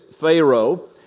pharaoh